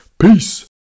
Peace